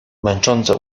męczące